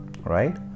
right